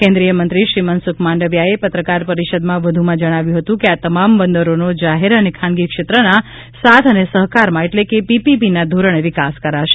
કેન્દ્રીય મંત્રી શ્રી મનસુખ માંડવીયાએ પત્રકાર પરિષદમાં વધુમાં જણાવ્યું હતું કે આ તમામ બંદરોનો જાહેર અને ખાનગી ક્ષેત્રના સાથ અને સહકારમાં એટલે કે પીપીપીના ધોરણે વિકાસ કરાશે